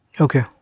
Okay